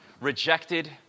rejected